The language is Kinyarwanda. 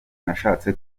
nashatse